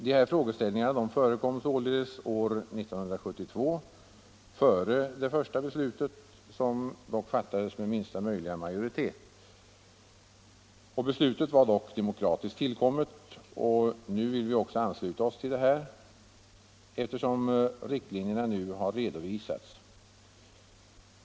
De här frågeställningarna förekom således år 1972 före det första beslutet, som dock fattades med minsta möjliga majoritet. Beslutet var emellertid demokratiskt tillkommet, och nu vill vi också ansluta oss till detsamma, eftersom riktlinjerna nu har redovisats.